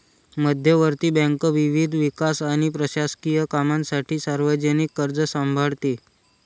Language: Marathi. मध्यवर्ती बँक विविध विकास आणि प्रशासकीय कामांसाठी सार्वजनिक कर्ज सांभाळते